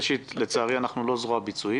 ראשית, לצערי אנחנו לא זרוע ביצועית.